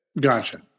Gotcha